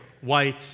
white